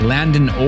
Landon